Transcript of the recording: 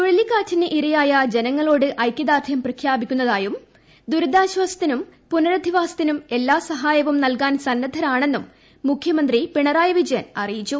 ചുഴലിക്കാറ്റിന് ഇരയായ ജനങ്ങളോട് ഐക്യദാർഢ്യം പ്രകടിപ്പിക്കുന്നതായും ദുരിതാശ്ചാസത്തിനുംപുനരധിവാസത്തിനും എല്ലാ സഹായവും നൽകാൻ സന്നദ്ധരാണെന്നും മുഖ്യമന്ത്രി പിണറായി വിജയൻ അറിയിച്ചു